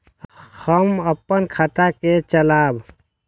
हम अपन खाता के चलाब?